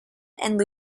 and